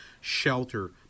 shelter